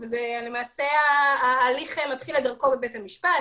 למעשה ההליך מתחיל את דרכו בבית המשפט.